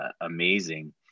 amazing